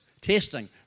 Testing